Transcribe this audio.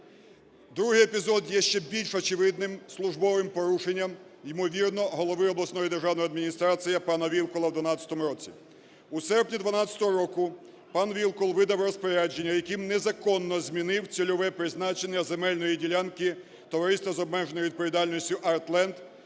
Другий епізод є ще більш очевидним, службовим порушенням, ймовірно голови обласної державної адміністрації пана Вілкула в 2012 році. У серпні 2012 року пан Вілкул видав розпорядження, яким незаконно змінив цільове призначення земельної ділянки товариства